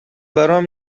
برام